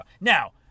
Now